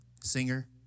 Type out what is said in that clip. Singer